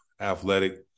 athletic